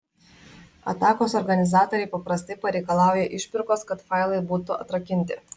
atakos organizatoriai paprastai pareikalauja išpirkos kad failai būtų atrakinti